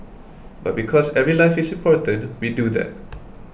but because every life is important we do that